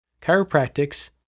chiropractics